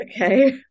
Okay